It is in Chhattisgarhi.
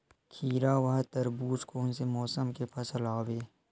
खीरा व तरबुज कोन से मौसम के फसल आवेय?